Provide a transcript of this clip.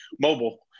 Mobile